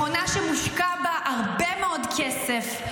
מכונה שמושקע בה הרבה מאוד כסף,